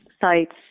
sites